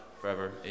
forever